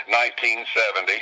1970